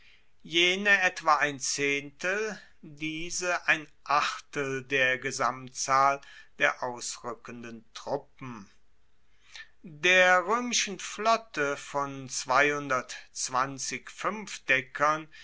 jene etwa ein zehntel diese ein achtel der gesamtzahl der ausrueckenden truppen der roemischen flotte von